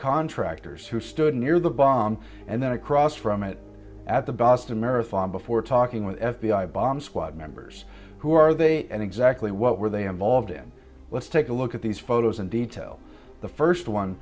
contractors who stood near the bomb and then across from it at the boston marathon before talking with f b i bomb squad members who are they and exactly what were they involved in let's take a look at these photos in detail the first one